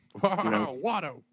Watto